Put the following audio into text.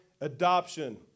adoption